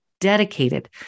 dedicated